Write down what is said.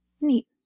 Neat